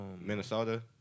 Minnesota